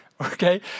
okay